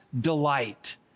delight